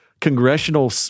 congressional